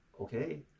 okay